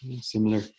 similar